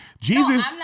Jesus